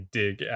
dig